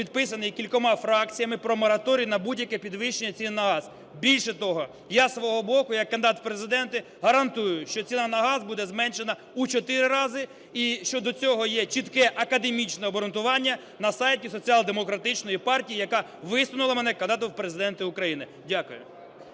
підписаний кількома фракціями, про мораторій на будь-яке підвищення цін на газ. Більше того, я з свого боку як кандидат у Президенти гарантую, що ціна на газ буде зменшена у 4 рази, і щодо цього є чітке академічне обґрунтування на сайті Соціал-демократичної партії, яка висунула мене кандидатом у Президенти України. Дякую.